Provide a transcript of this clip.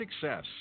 success